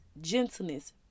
gentleness